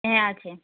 হ্যাঁ আছে